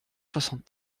soixante